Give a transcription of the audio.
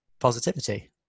positivity